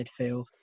midfield